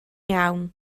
iawn